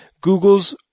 Google's